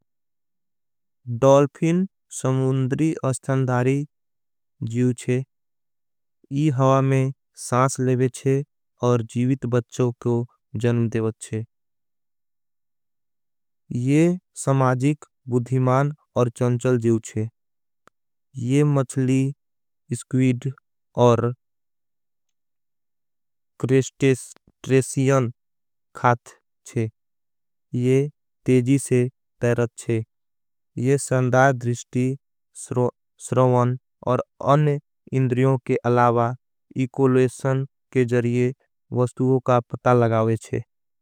डॉलफिन शमून्द्री अस्थंधारी जीव चे ये हवा में सांश लेवे। चे और जीवित बच्चों को जन्म देवत चे ये समाजिक बुधिमान। और चंचल जीव चे ये मछली स्क्वीड और क्रेस्टेस्ट्रेसियन खात चे। ये तेजी से तैरत चे ये संधार द्रिश्टी स्रोवन और अन्य इंद्रियों के। अलावा इकोलेशन के जरिये वस्तुवों का पता लगावे चे।